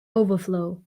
overflow